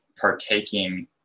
partaking